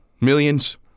Millions